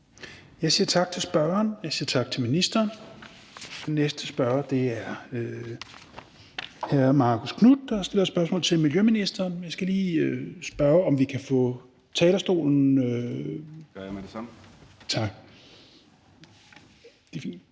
Jeg siger tak til spørgeren. Jeg siger tak til ministeren. Den næste spørger er hr. Marcus Knuth, der stiller spørgsmål til miljøministeren. Jeg skal lige spørge, om vi kan få sprittet talerstolen af.